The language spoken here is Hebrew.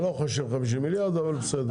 אני לא חושב 50 מיליארד, אבל בסדר.